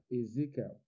Ezekiel